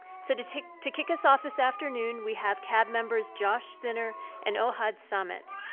so, to to kick to kick us off this afternoon, we have cab members josh zinner and ohad samet.